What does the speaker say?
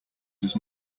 does